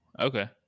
Okay